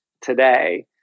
today